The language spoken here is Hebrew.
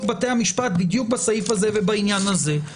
בתי המשפט בדיוק בסעיף הזה ובעניין הזה,